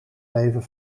leven